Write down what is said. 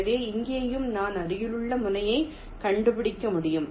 எனவே இங்கேயும் நான் அருகிலுள்ள முனையைக் கண்டுபிடிக்க முடியும்